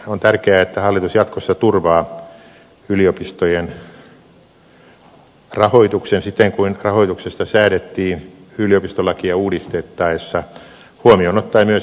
on tärkeää että hallitus jatkossa turvaa yliopistojen rahoituksen siten kuin rahoituksesta säädettiin yliopistolakia uudistettaessa huomioon ottaen myös yliopistokeskukset